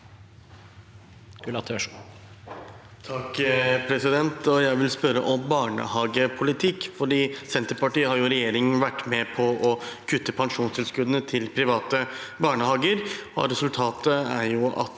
(FrP) Jeg vil spørre om barnehagepolitikk. Senterpartiet har i regjering vært med på å kutte pensjonstilskuddene til private barnehager, og resultatet er at